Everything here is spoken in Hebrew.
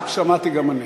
שמעתי גם אני.